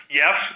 yes